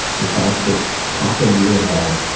the thoughts that pop into your head